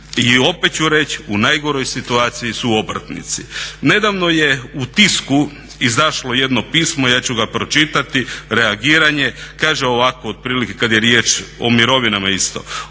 I opet ću reći, u najgoroj situaciji su obrtnici. Nedavno je u tisku izašlo jedno pismo, ja ću ga pročitati, reagiranje, kaže ovako otprilike kada je riječ o mirovinama isto,